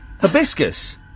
Hibiscus